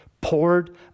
poured